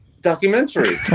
documentary